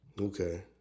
Okay